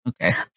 Okay